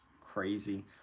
Crazy